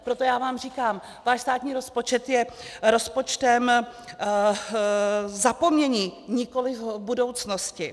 Proto já vám říkám váš státní rozpočet je rozpočtem zapomnění, nikoliv budoucnosti.